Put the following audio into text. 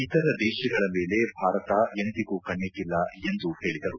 ಇತರ ದೇಶಗಳ ಮೇಲೆ ಭಾರತ ಎಂದಿಗೂ ಕಣ್ಣಿಟ್ಟಿಲ್ಲ ಎಂದು ಹೇಳಿದರು